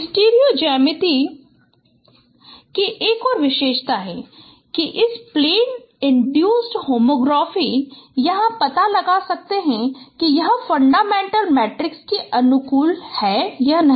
stereo ज्यामिति की एक और विशेषता है कि इस प्लेन इन्ड्यूसड होमोग्राफी या हम पता लगा सकते हैं कि यह फंडामेंटल मैट्रिक्स के अनुकूल है या नहीं